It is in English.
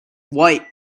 white